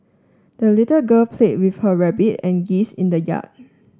the little girl played with her rabbit and geese in the yard